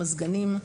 מזגנים,